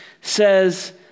says